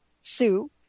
Sue